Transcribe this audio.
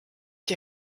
die